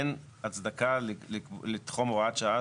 אין הצדקה לתחום הוראת שעה,